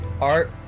art